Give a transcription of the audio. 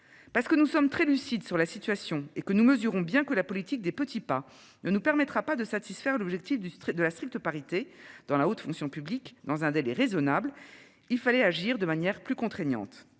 Parce que nous sommes très lucide sur la situation et que nous mesurons bien que la politique des petits pas ne nous permettra pas de satisfaire l'objectif du de la stricte parité dans la haute fonction publique, dans un délai raisonnable. Il fallait agir de manière plus contraignante.